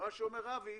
מה שאומר אבי,